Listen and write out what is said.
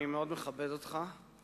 אני מאוד מכבד אותך,